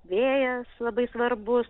vėjas labai svarbus